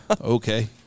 Okay